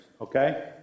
okay